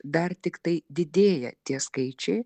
dar tiktai didėja tie skaičiai